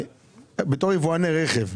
בתור יבואני רכב,